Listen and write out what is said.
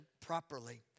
properly